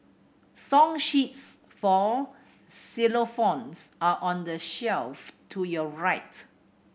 song sheets for xylophones are on the shelf to your right